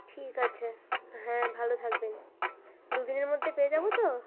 ঠিক আছে হ্যাঁ ভালো থাকবেন দু দিনের মধ্যে পেয়ে যাব তো